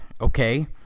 okay